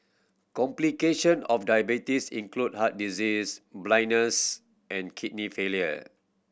complication of diabetes include heart disease blindness and kidney failure